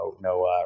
no